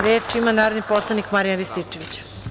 Reč ima narodni poslanik Marijan Rističević.